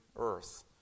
earth